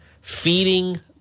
feeding